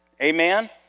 Amen